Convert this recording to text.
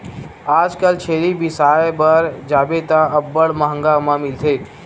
आजकल छेरी बिसाय बर जाबे त अब्बड़ मंहगा म मिलथे